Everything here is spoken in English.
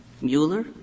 Mueller